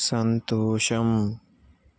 సంతోషం